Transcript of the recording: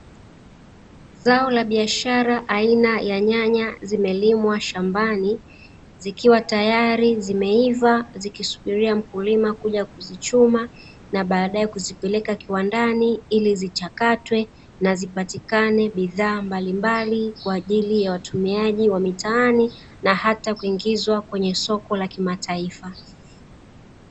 Zao la biashara aina ya nyanya zimelimwa shambani, zikiwa tayari zimeiva, zikisubiria mkulima kuja kuzichuma na baadaye kuzipeleka kiwandani ili zichakatwe na zipatikane bidhaa mbalimbali kwa ajili ya watumiaji wa mitaani; na hata kuingizwa kwenye soko la kimataifa.